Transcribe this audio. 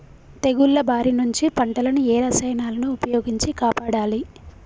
తెగుళ్ల బారి నుంచి పంటలను ఏ రసాయనాలను ఉపయోగించి కాపాడాలి?